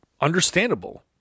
understandable